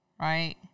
Right